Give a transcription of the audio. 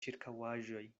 ĉirkaŭaĵoj